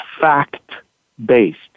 fact-based